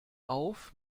auf